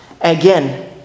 Again